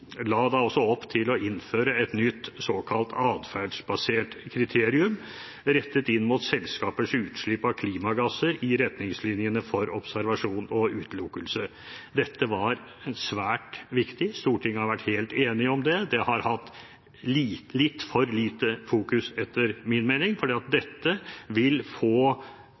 la da også opp til å innføre et nytt såkalt atferdsbasert kriterium rettet inn mot selskapers utslipp av klimagasser i retningslinjene for observasjon og utelukkelse. Dette var svært viktig. Stortinget har vært helt enige om det. Det har hatt litt for lite fokus etter min mening, for dette vil få